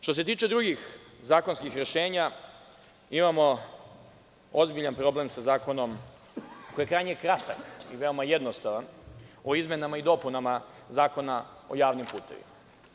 Što se tiče drugih zakonskih rešenja, imamo ozbiljan problem sa zakonom koji je krajnje kratak i veoma jednostavan, o izmenama i dopunama Zakona o javnim putevima.